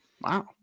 wow